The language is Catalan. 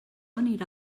anirà